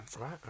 Right